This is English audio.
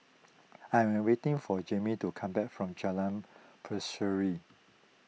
I am waiting for Jaimie to come back from Jalan Berseri